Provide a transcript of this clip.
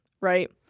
right